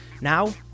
Now